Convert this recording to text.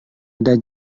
ada